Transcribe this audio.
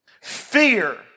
Fear